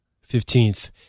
Fifteenth